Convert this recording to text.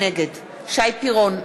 נגד שי פירון,